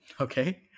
Okay